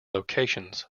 locations